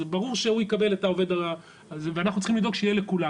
אז זה ברור שהוא יקבל את העובד ואנחנו צריכים לדאוג שיהיה לכולם.